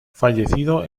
fallecido